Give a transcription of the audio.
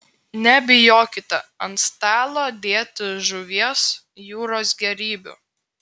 nebijokite ant stalo dėti žuvies jūros gėrybių